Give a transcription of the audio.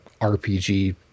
rpg